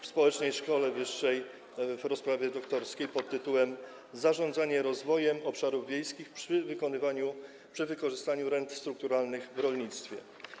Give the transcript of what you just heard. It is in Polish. w społecznej szkole wyższej rozprawie doktorskiej pt. „Zarządzanie rozwojem obszarów wiejskich przy wykorzystaniu rent strukturalnych w rolnictwie”